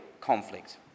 conflict